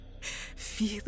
feel